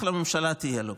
אחלה ממשלה תהיה לו.